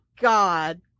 god